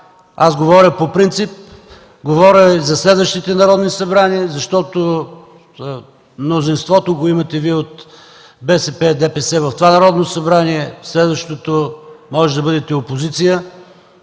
Говоря по принцип, говоря и за следващите народни събрания, защото мнозинството го имате Вие – от БСП и ДПС, в това Народно събрание, но в следващото може да бъдете опозиция.